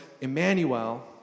Emmanuel